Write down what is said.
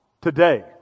today